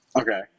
Okay